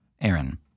Aaron